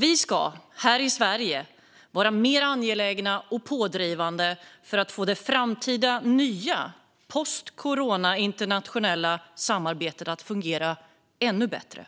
Vi ska här i Sverige vara mer angelägna och pådrivande för att få det framtida nya internationella samarbetet post-corona att fungera ännu bättre.